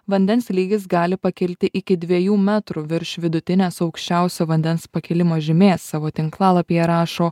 vandens lygis gali pakilti iki dviejų metrų virš vidutinės aukščiausio vandens pakilimo žymės savo tinklalapyje rašo